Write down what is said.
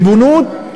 לריבונות,